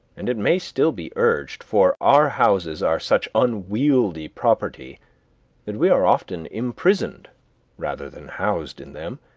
and it may still be urged, for our houses are such unwieldy property that we are often imprisoned rather than housed in them